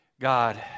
God